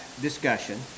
discussion